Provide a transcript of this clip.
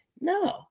No